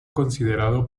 considerado